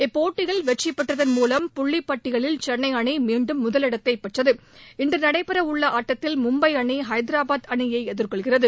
இப்போட்டியில் வெற்றி பெற்றதன் மூலம் புள்ளி பட்டியலில் சென்னை அணி மீண்டும் முதலிடத்தை பெற்றது இன்று நடைபெற்ற ஆட்டத்தில் மும்பை அணி ஹைதரபாத் அணியை எதிர் கொள்கிறது